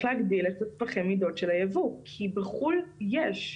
להגדיל את טווחי המידות של היבוא כי בחו"ל יש,